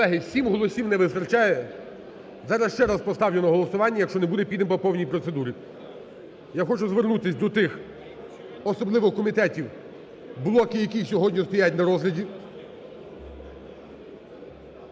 Колеги, сім голосів не вистачає. Зараз ще раз поставлю на голосування. Якщо не буде – підемо по повній процедурі. Я хочу звернутися до тих, особливо комітетів, блоки яких сьогодні стоять на розгляді.